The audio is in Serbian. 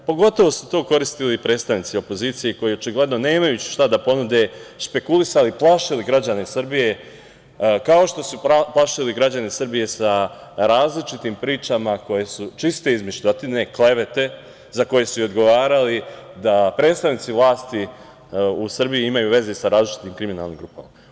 Pogotovo se tu koristili predstavnici opozicije, očigledno nemajući šta da ponude, špekulisali, plašili građane Srbije, kao što su plašili građani Srbije sa različitim pričama koje su čiste izmišljotine, klevete, za koje su odgovarali, da predstavnici vlasti u Srbiju imaju veze sa azličitim kriminalnim grupama.